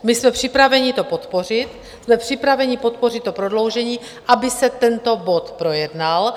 My jsme připraveni to podpořit, jsme připraveni podpořit prodloužení, aby se tento bod projednal.